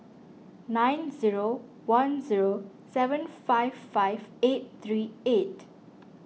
nine zero one zero seven five five eight three eight